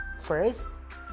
First